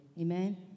amen